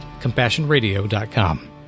CompassionRadio.com